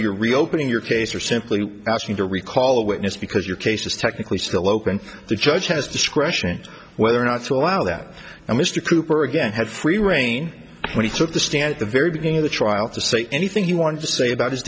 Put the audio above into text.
you're reopening your case or simply asking to recall a witness because your case is technically still open the judge has discretion whether or not to allow that and mr cooper again had free reign when he took the stand at the very beginning of the trial to say anything you want to say about his